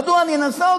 מדוע אני נסוג?